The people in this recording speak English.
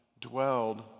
dwelled